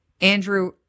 Andrew